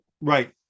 Right